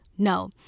No